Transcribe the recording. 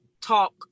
talk